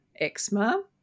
eczema